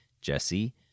Jesse